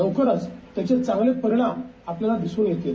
लवकरच त्याचे चांगले परिणाम आपल्याला दिसून येतील